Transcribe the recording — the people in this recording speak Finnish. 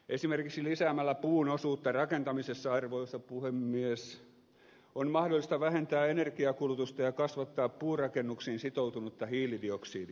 esimerkiksi lisäämällä puun osuutta rakentamisessa arvoisa puhemies on mahdollista vähentää energiankulutusta ja kasvattaa puurakennuksiin sitoutunutta hiilidioksidia